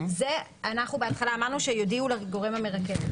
בהתחלה אמרנו שיודיעו לגורם המרכז.